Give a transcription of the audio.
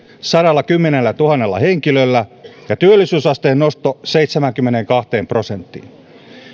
sadallakymmenellätuhannella henkilöllä ja työllisyysasteen nosto seitsemäänkymmeneenkahteen prosenttiin